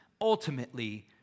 ultimately